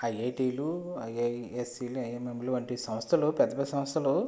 ఐఐటీలు ఐఐఎస్సిలు ఐఎమ్ఎమ్లు వంటి సంస్థలు పెద్ద పెద్ద సంస్థలు